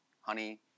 Honey